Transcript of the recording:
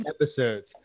episodes